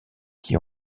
qui